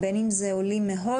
בין אם זה עולים מהודו,